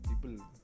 People